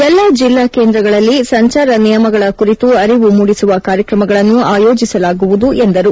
ಎಲ್ಲಾ ಜಿಲ್ಲಾ ಕೇಂದ್ರಗಳಲ್ಲಿ ಸಂಚಾರ ನಿಯಮಗಳ ಕುರಿತು ಅರಿವು ಮೂದಿಸುವ ಕಾರ್ಯಕ್ರಮಗಳನ್ನು ಆಯೋಜಿಸಲಾಗುವುದು ಎಂದರು